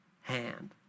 hand